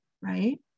right